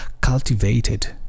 cultivated